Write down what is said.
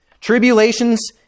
Tribulations